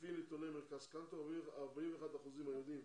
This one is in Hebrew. לפי נתוני מרכז קנטור, 41 אחוזים מהילדים